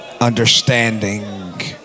understanding